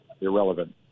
irrelevant